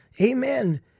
Amen